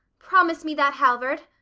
promise me that, halvard!